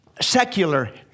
secular